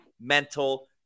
mental